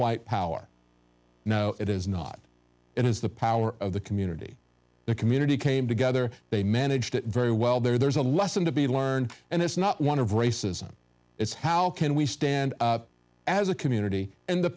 white power no it is not it is the power of the community the community came together they managed it very well there's a lesson to be learned and it's not one of racism is how can we stand as a community and the